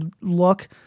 look